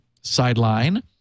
sideline